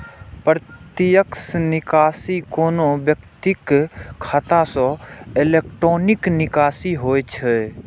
प्रत्यक्ष निकासी कोनो व्यक्तिक खाता सं इलेक्ट्रॉनिक निकासी होइ छै